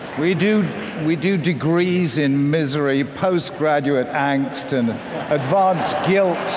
we do we do degrees in misery, post-graduate angst, and advanced guilt,